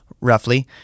roughly